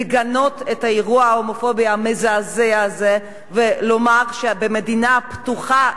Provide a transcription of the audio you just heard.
צריך לגנות את האירוע ההומופובי המזעזע הזה ולומר שבמדינה פתוחה,